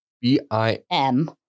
B-I-M